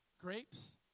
Grapes